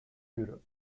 europe